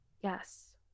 Yes